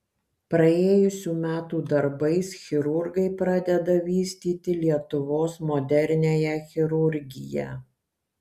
praėjusių metų darbais chirurgai pradeda vystyti lietuvos moderniąją chirurgiją